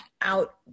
out